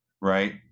right